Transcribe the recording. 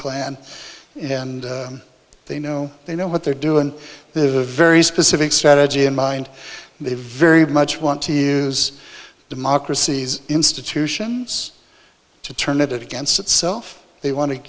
clan and they know they know what they're doing they have a very specific strategy in mind they very much want to use democracies institutions to turn it against itself they wan